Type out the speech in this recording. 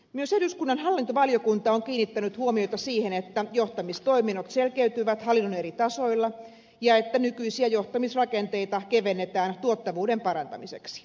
myös eduskunnan hallintovaliokunta on kiinnittänyt huomiota siihen että johtamistoiminnot selkeytyvät hallinnon eri tasoilla ja että nykyisiä johtamisrakenteita kevennetään tuottavuuden parantamiseksi